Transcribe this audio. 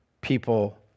people